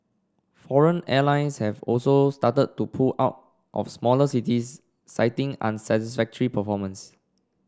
foreign airlines have also started to pull out of smaller cities citing unsatisfactory performance